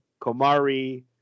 komari